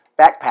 backpack